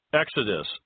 Exodus